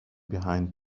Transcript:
behind